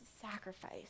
Sacrifice